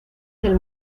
del